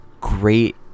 great